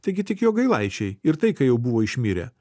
taigi tik jogailaičiai ir tai kai jau buvo išmirę